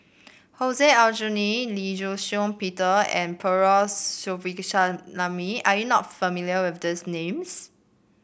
Hussein Aljunied Lee Shih Shiong Peter and Perumal Govindaswamy Are you not familiar with these names